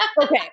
Okay